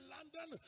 London